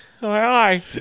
Hi